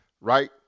Right